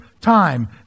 time